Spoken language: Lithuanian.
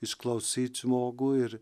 išklausyt žmogų ir